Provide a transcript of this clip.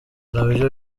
nabyo